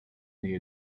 nähe